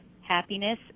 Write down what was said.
happiness